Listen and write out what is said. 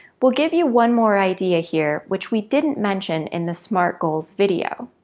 we'll give you one more idea here which we didn't mention in the smart goals video.